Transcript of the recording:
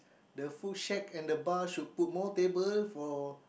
the food shack and the bar should put more table for